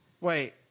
Wait